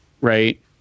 right